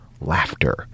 laughter